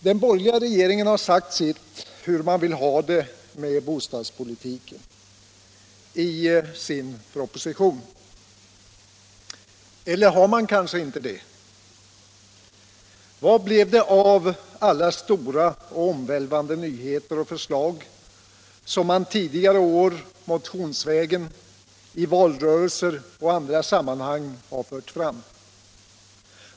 Den borgerliga regeringen har i sin proposition sagt sitt om hur man vill ha det med bostadspolitiken. Eller har man kanske inte det? Vad blev det av alla stora och omvälvande nyheter och förslag som man tidigare år motionsvägen, i valrörelser och andra sammanhang har fört fram?